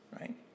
right